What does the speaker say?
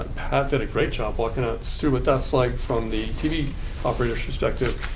did a great job walking us through what that's like from the tv operator's perspective.